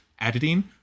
editing